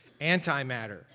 antimatter